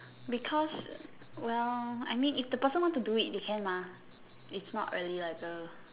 because well I mean if the person want to do it they can lah it's not really like A